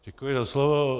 Děkuji za slovo.